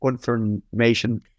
confirmation